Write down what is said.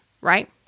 right